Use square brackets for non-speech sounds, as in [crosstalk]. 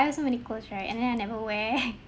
I have so many clothes right and then I never wear [laughs]